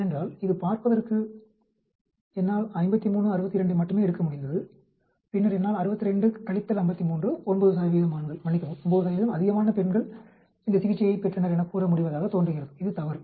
ஏனென்றால் இது பார்ப்பதற்கு என்னால் 53 62 ஐ மட்டும் எடுக்க முடிந்து பின்னர் என்னால் 62 - 53 9 ஆண்கள் மன்னிக்கவும் 9 அதிகமான பெண்கள் இந்த சிகிச்சையைப் பெற்றனர் எனக் கூற முடிவதாக தோன்றுகிறது இது தவறு